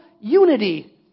unity